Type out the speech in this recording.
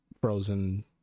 frozen